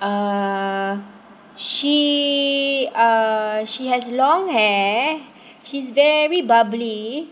uh she uh she has long hair she's very bubbly